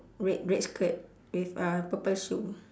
red red skirt with a purple shoe